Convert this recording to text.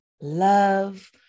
love